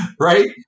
Right